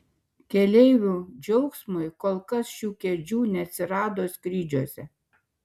keleivių džiaugsmui kol kas šių kėdžių neatsirado skrydžiuose